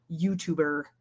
YouTuber